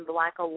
Black